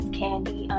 candy